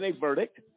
verdict